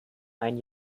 ein